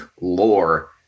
lore